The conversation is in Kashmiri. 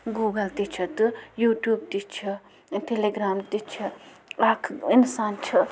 گوٗگَل تہِ چھِ تہٕ یوٗٹیوٗب تہِ چھِ ٹیٚلیٚگرٛام تہِ چھِ اَکھ اِنسان چھِ